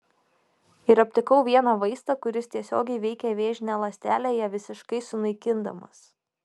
ir aptikau vieną vaistą kuris tiesiogiai veikia vėžinę ląstelę ją visiškai sunaikindamas